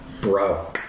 Bro